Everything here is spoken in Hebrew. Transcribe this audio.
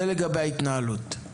זה לגבי ההתנהלות.